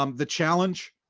um the challenge,